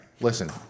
listen